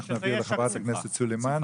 אנחנו נעביר לחברת הכנסת סלימאן,